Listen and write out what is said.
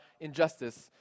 injustice